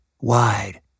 wide